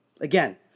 Again